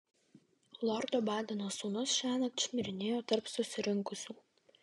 lordo badeno sūnus šiąnakt šmirinėjo tarp susirinkusių